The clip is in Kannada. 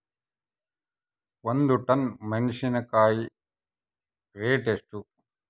ಒಂದು ಟನ್ ಮೆನೆಸಿನಕಾಯಿ ರೇಟ್ ಎಷ್ಟು?